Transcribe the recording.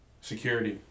security